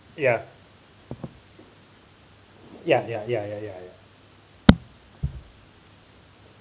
ya ya ya ya ya ya ya